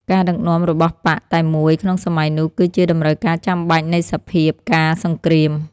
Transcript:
ការដឹកនាំរបស់បក្សតែមួយក្នុងសម័យនោះ គឺជាតម្រូវការចាំបាច់នៃសភាពការណ៍សង្គ្រាម។